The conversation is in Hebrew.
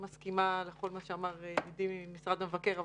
מסכימה לכל מה שאמר ידידי ממשרד המבקר,